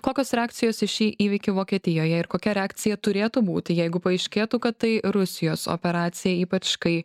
kokios reakcijos į šį įvykį vokietijoje ir kokia reakcija turėtų būti jeigu paaiškėtų kad tai rusijos operacija ypač kai